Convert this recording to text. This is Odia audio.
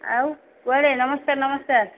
ଆଉ କୁଆଡ଼େ ନମସ୍କାର ନମସ୍କାର